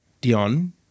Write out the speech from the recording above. Dion